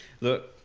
Look